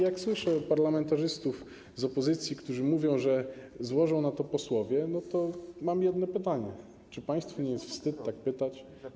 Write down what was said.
Jak słyszę od parlamentarzystów z opozycji, którzy mówią, że złożą na to posłowie, to mam jedno pytanie: Czy państwu nie jest wstyd tak pytać?